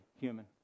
human